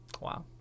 Wow